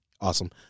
awesome